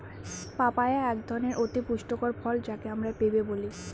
papaya একধরনের অতি পুষ্টিকর ফল যাকে আমরা পেঁপে বলি